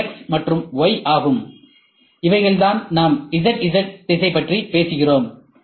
இது x மற்றும் y ஆகும் இவர்கள்தான் நாம் z z திசை பற்றி பேசுகிறோம்